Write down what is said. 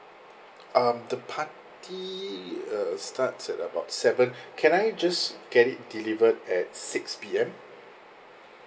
um the party uh starts at about seven can I just get it delivered at six P_M